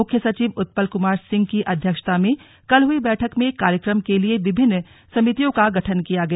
मुख्य सचिव उत्पल कुमार सिंह की अध्यक्षता में कल हई बैठक में कार्यक्रम के लिए विभिन्न समितियों का गठन किया गया